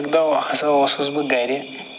اَکہِ دۄہ ہسا اوسُس بہٕ گرِ